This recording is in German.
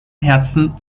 herzen